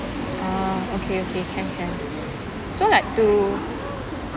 ah okay okay can can so like to